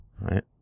Right